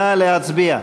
נא להצביע.